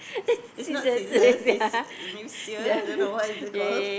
it's not scissors it's uh maybe sear don't know what is that called